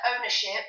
ownership